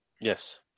Yes